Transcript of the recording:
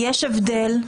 יש הבדל,